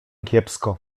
kiepsko